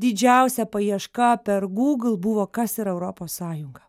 didžiausia paieška per gūgl buvo kas yra europos sąjunga